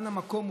וכאן המקום,